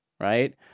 Right